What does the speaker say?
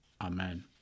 Amen